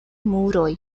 muroj